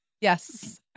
Yes